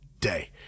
day